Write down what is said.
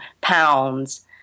pounds